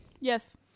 yes